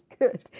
Good